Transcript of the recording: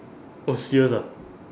oh serious ah